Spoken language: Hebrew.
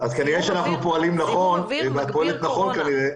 זיהום אוויר מגביר קורונה.